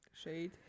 Shade